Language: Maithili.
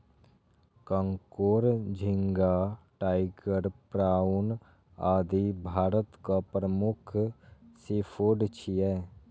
कांकोर, झींगा, टाइगर प्राउन, आदि भारतक प्रमुख सीफूड छियै